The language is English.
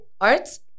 arts